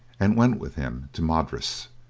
and went with him to madras.